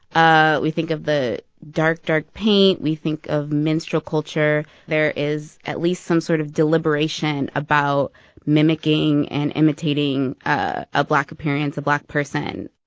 ah we think of the dark, dark paint. we think of minstrel culture. there is at least some sort of deliberation about mimicking and imitating ah a black appearance, a black person.